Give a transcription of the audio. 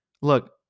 Look